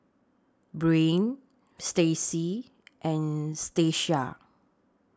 Breann Stacie and Stacia